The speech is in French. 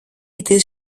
était